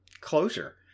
Closure